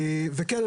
וכן,